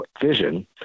vision